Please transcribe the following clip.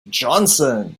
johnson